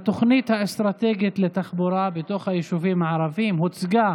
התוכנית האסטרטגית לתחבורה בתוך היישובים הערביים הוצגה